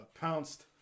pounced